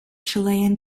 chilean